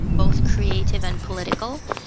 both creative and political.